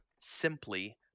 simply